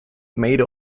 made